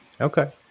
Okay